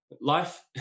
life